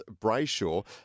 Brayshaw